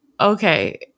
okay